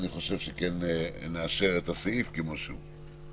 ואני חושב שכן נאשר את הסעיף כמו שהוא.